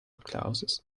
closes